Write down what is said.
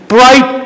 Bright